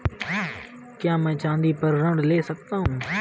क्या मैं चाँदी पर ऋण ले सकता हूँ?